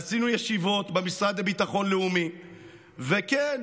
ועשינו ישיבות במשרד לביטחון לאומי וכן,